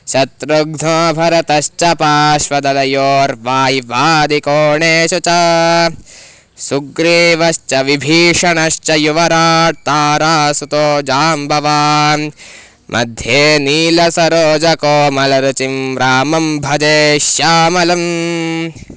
शत्रुघ्नो भरतश्च पाश्वदयोर्वाय्वादिकोणेषु च सुग्रेवश्च विभीषणश्च युवराट् तारासुतो जाम्बवान् मध्ये नीलसरोजकोमलरुचिं रामं भजे श्यामलम्